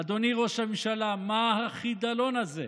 אדוני ראש הממשלה, מה החידלון הזה?